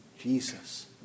Jesus